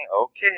okay